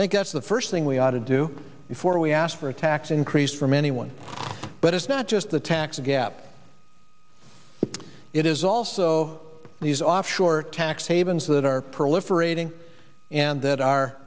that's the first thing we ought to do before we ask for a tax increase from anyone but it's not just the tax gap it is also these offshore tax havens that are proliferating and that are